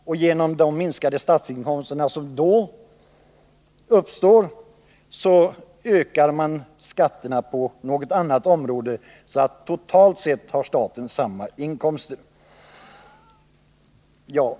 För att kompensera staten för de minskade inkomster som staten då får ökar man skatterna på något annat område så att staten totalt sett har samma inkomster.